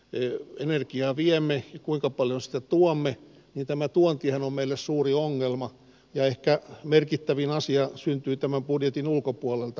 eu energiaa viemme kuinka paljastettuamme ja tämä tuontihan on meille suuri ongelma ja ehkä merkittävin asia syntyy tämän budjetin ulkopuolelta